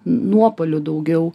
nuopuolių daugiau